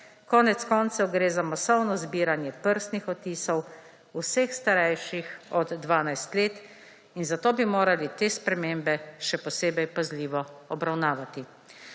Konec koncev gre za masovno zbiranje prstnih odtisov vseh starejših od 12 let in zato bi morali te spremembe še posebej pazljivo obravnavati.